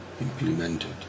implemented